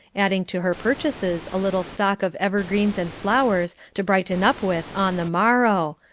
adding to her purchases a little stock of evergreens and flowers to brighten up with on the morrow,